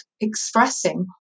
expressing